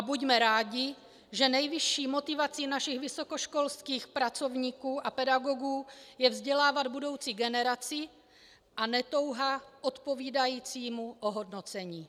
Buďme rádi, že nejvyšší motivací našich vysokoškolských pracovníků a pedagogů je vzdělávat budoucí generaci, a ne touha odpovídajícímu ohodnocení.